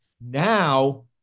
Now